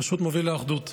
זה פשוט מוביל לאחדות,